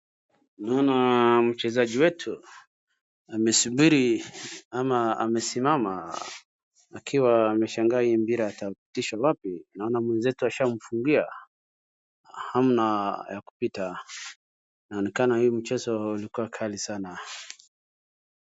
Naona mchezaji wetu amesubiri ama amesimama akiwa ameshagaa hii mpira atapitisha wapi. Naona mwenzetu ashamfungia na hamna ya kupita. Inaonekana hii mchezo ilikuwa kali sana.